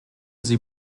sie